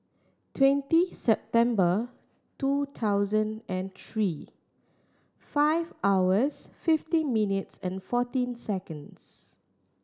twenty September two thousand and three five hours fifteen minutes and fourteen seconds